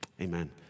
Amen